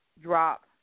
drop